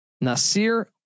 Nasir